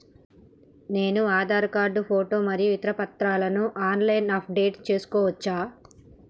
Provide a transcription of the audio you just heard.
నేను Aadhaar card photo మరియు ఇతర పత్రాలను ఆన్ లైన్ అప్ డెట్ చేసుకోవచ్చా?